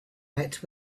met